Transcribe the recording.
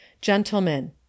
Gentlemen